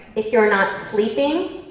if you're not sleeping.